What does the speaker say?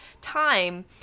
time